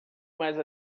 mais